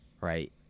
right